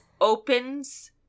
opens